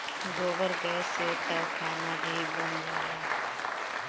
गोबर गैस से तअ खाना भी बन जाला